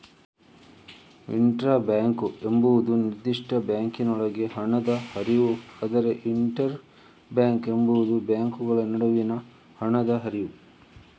intra bank ಎಂಬುದು ನಿರ್ದಿಷ್ಟ ಬ್ಯಾಂಕಿನೊಳಗೆ ಹಣದ ಹರಿವು, ಆದರೆ ಇಂಟರ್ ಬ್ಯಾಂಕ್ ಎಂಬುದು ಬ್ಯಾಂಕುಗಳ ನಡುವಿನ ಹಣದ ಹರಿವು